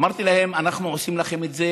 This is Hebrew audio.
אמרתי להם: אנחנו עושים לכם את זה